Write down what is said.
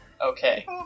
Okay